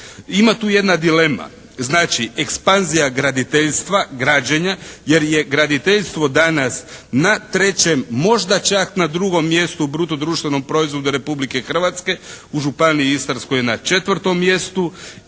Ima tu jedna dilema. Znači, ekspanzija graditeljstva, građenja jer je graditeljstvo danas na trećem, možda čak na drugom mjestu bruto društvenom proizvodu Republike Hrvatske. U Županiji istarskoj je na četvrtom mjestu